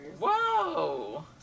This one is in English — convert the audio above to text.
Whoa